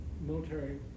military